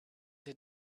had